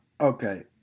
Okay